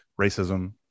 racism